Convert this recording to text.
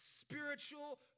spiritual